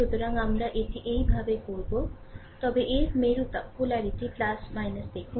সুতরাং আমরা এটি এইভাবে করবো তবে এর মেরুতা দেখুন